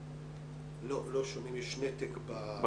שומעים.